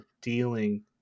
dealing